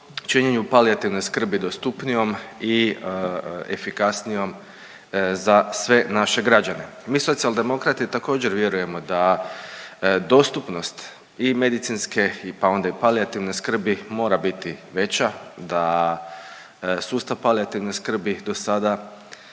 činjenju palijativne skrbi dostupnijom i efikasnijom za sve naše građane. Mi Socijaldemokrati također vjerujemo da dostupnost i medicinske, pa onda i palijativne skrbi mora biti veća, da sustav palijativne skrbi dosada